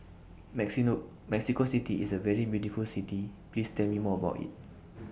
Mexico City IS A very beautiful City Please Tell Me More about IT